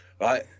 Right